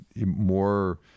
more